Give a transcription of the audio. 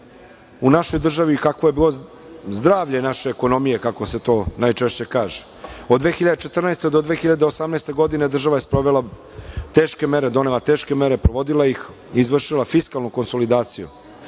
u našoj državi i kakvo je bilo zdravlje naše ekonomije, kako se to najčešće kaže. Od 2014. do 2018. godine država je sprovela teške mere, donela teške mere, provodila ih, izvršila fiskalnu konsolidaciju. Od